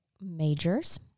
Majors